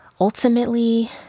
ultimately